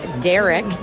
Derek